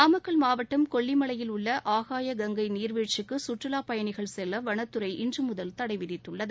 நாமக்கல் மாவட்டம் கொல்லிமலையில் உள்ள ஆகாய னங்கை நீர்வீழ்ச்சிக்கு சுற்றுலா பயனிகள் செல்ல வனத்துறை இன்று முதல் தடைவிதித்துள்ளது